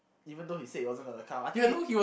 even though he said he wasn't gonna come I think